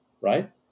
right